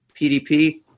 PDP